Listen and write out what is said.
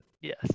Yes